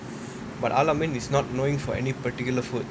but al-ameen is not known for any particular food